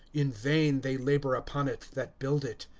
in vain they labor upon it that build it.